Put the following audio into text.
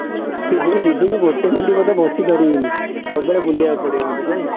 ମାନେ ମୁଁ ଦିଦି ଗୋଟେ ମିନିଟ୍ ବୋଧେ ବସିପାରିବିନି ସବୁବେଳେ ବୁଲିବାକୁ ପଡ଼ିବ ମୋତେ ନାହିଁ